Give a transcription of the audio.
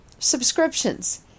subscriptions